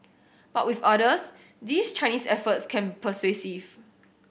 but with others these Chinese efforts can persuasive